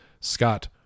Scott